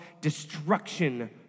destruction